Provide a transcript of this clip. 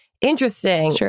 Interesting